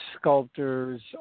sculptors